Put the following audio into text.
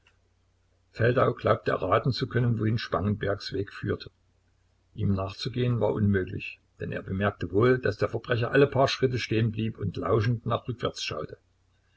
feldau glaubte erraten zu können wohin spangenbergs weg führte ihm nachzugehen war unmöglich denn er bemerkte wohl daß der verbrecher alle paar schritte stehen blieb und lauschend nach rückwärts schaute